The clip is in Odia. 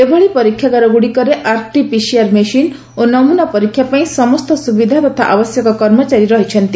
ଏଭଳି ପରୀକ୍ଷାଗାରଗୁଡ଼ିକରେ ଆର୍ଟି ପିସିଆର୍ ମେସିନ୍ ଓ ନମୁନା ପରୀକ୍ଷା ପାଇଁ ସମସ୍ତ ସୁବିଧା ତଥା ଆବଶ୍ୟକ କର୍ମଚାରୀ ରହିଛନ୍ତି